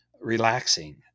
relaxing